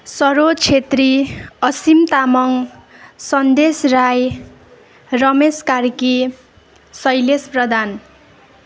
Saroj Chhetri Asim Tamang Sandesh Rai Ramesh Karki Sailesh Pradhan